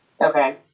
Okay